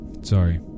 sorry